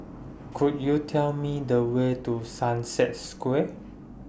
Could YOU Tell Me The Way to Sunset Square